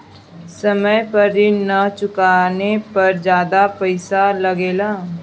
समय पर ऋण ना चुकाने पर ज्यादा पईसा लगेला?